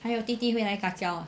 还有弟弟会来 kacau ah